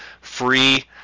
free